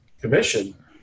commission